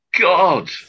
God